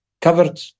covered